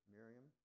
Miriam